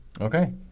Okay